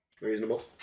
reasonable